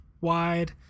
wide